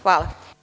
Hvala.